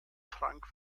frank